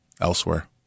Elsewhere